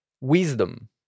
Wisdom